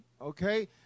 Okay